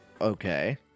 Okay